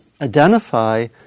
identify